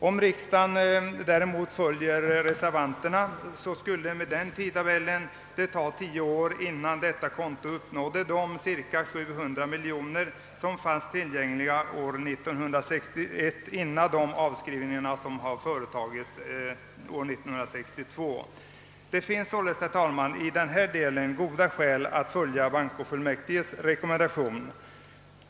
Om riksdagen däremot följde reservanterna, skulle det med den tidtabellen ta tio år innan detta konto uppnådde de cirka 700 miljoner som fanns tillgängliga år 1961 före de avskrivningar som gjordes 1962. Det finns således i den här delen goda skäl att följa bankoutskottets rekommendation.